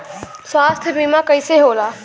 स्वास्थ्य बीमा कईसे होला?